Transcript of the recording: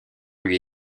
lui